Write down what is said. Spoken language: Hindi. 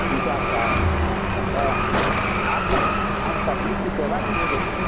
इंचार्ज साहब हाँ आप पब आप पब्लिक की सेवा के लिए